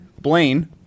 Blaine